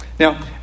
Now